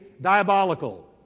diabolical